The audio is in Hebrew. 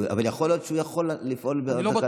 אבל יכול להיות שהוא יכול לפעול בתקנות,